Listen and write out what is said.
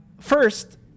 first